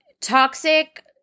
Toxic